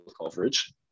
coverage